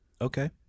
Okay